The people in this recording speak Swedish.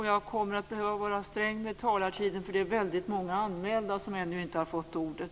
Jag kommer att behöva vara sträng med talartiden, för det är väldigt många anmälda som ännu inte har fått ordet.